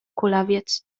kulawiec